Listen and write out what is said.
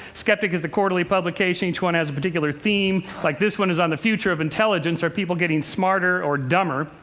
skeptic is the quarterly publication. each one has a particular theme. like this one is on the future of intelligence. are people getting smarter or dumber?